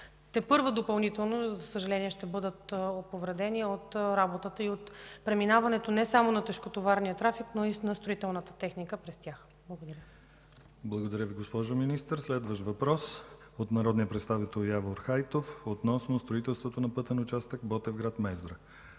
тепърва допълнително, за съжаление, ще бъдат повредени от работата и от преминаването не само на тежкотоварния трафик, но и на строителната техника през тях. Благодаря. ПРЕДСЕДАТЕЛ ДИМИТЪР ГЛАВЧЕВ: Благодаря Ви, госпожо Министър. Следващият въпрос е от народния представител Явор Хайтов относно строителството на пътен участък Ботевград – Мездра.